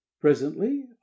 Presently